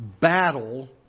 battle